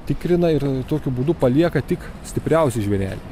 tikrina ir tokiu būdu palieka tik stipriausi žvėreliai